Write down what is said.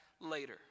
later